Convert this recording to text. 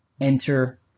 enter